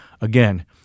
again